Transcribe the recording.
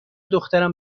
دختران